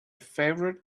favorite